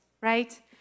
right